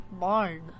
barn